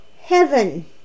heaven